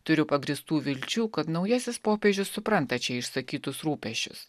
turiu pagrįstų vilčių kad naujasis popiežius supranta čia išsakytus rūpesčius